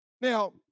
Now